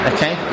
Okay